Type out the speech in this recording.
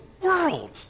world